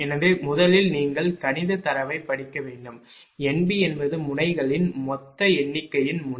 எனவே முதலில் நீங்கள் கணினித் தரவைப் படிக்க வேண்டும் NB என்பது முனைகளின் மொத்த எண்ணிக்கையின் முனை